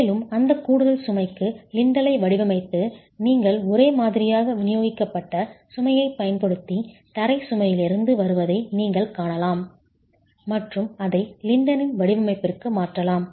மேலும் அந்த கூடுதல் சுமைக்கு லிண்டலை வடிவமைத்து நீங்கள் ஒரே மாதிரியாக விநியோகிக்கப்பட்ட சுமையைப் பயன்படுத்தி தரை சுமையிலிருந்து வருவதை நீங்கள் காணலாம் மற்றும் அதை லிண்டலின் வடிவமைப்பிற்கு மாற்றலாம்